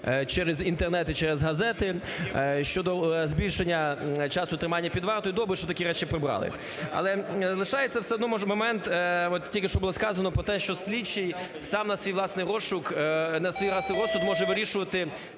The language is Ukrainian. через Інтернет і через газети щодо збільшення часу тримання під вартою. Добре, що такі речі прибрали. Але лишається все одно момент, от тільки що було сказано про те, що слідчий сам на свій власний розшук, на свій власний розсуд може вирішувати,